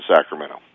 Sacramento